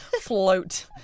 float